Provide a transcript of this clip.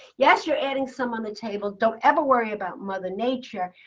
yes, you're adding some on the table. don't ever worry about mother nature,